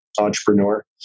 entrepreneur